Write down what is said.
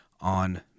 on